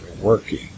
working